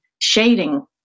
shading